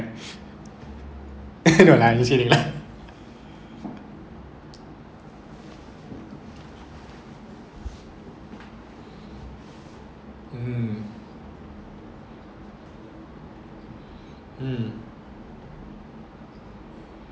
no lah I just kidding lah mm mm